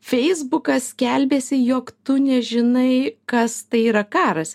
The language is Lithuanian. feisbuką skelbiesi jog tu nežinai kas tai yra karas